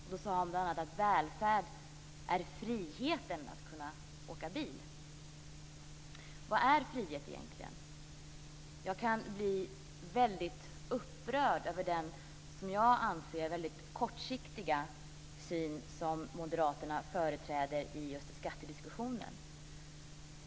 Han sade bl.a. att välfärden är friheten att kunna åka bil. Vad är frihet egentligen? Jag kan bli väldigt upprörd över den, som jag anser, väldigt kortsiktiga syn som moderaterna företräder i just skattediskussionen.